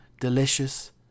delicious